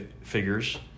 figures